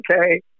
okay